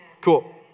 Cool